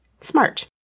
Smart